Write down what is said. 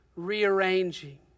rearranging